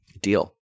Deal